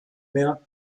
mehr